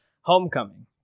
Homecoming